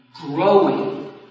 growing